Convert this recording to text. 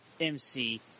MC